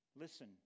listen